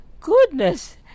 Goodness